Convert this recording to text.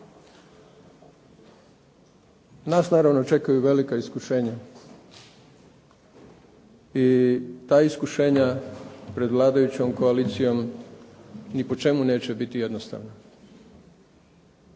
nas naravno čekaju velika iskušenja i ta iskušenja pred vladajućom koalicijom ni po čemu neće biti jednostavna.